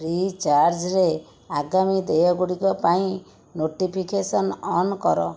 free ଚାର୍ଜ୍ରେ ଆଗାମୀ ଦେୟ ଗୁଡ଼ିକ ପାଇଁ ନୋଟିଫିକେସନ୍ ଅନ୍ କର